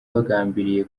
bagambiriye